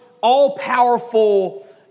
all-powerful